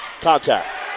contact